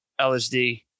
LSD